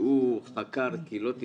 שהוא חקר את קהילות ישראל,